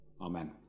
Amen